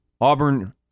Auburn